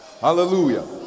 Hallelujah